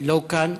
לא כאן.